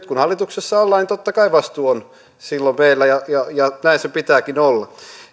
kun hallituksessa ollaan niin totta kai vastuu on silloin meillä ja näin sen pitääkin olla